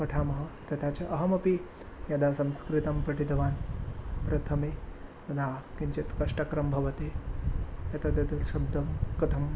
पठामः तथा च अहमपि यदा संस्कृतं पठितवान् प्रथमे तदा किञ्चित् कष्टकरं भवति एतदेतत् शब्दं कथम्